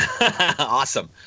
Awesome